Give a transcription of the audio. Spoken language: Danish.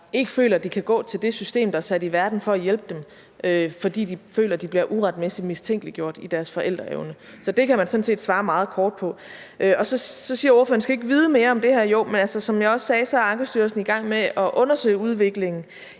ikke føler, at de kan gå til det system, der er sat i verden for at hjælpe dem, fordi de føler, at de bliver uretmæssigt mistænkeliggjort i deres forældreevne. Så det kan man sådan set svare meget kort på. Så siger spørgeren: Skal vi ikke vide mere om det her? Jo, men som jeg også sagde, er Ankestyrelsen i gang med at undersøge udviklingen